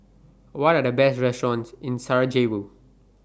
What Are The Best restaurants in Sarajevo